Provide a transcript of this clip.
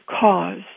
cause